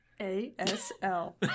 A-S-L